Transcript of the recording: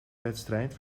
wedstrijd